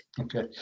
Okay